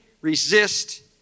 resist